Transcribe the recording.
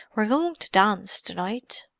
we're going to dance to-night.